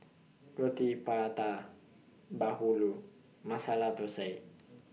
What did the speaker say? Roti Prata Bahulu Masala Thosai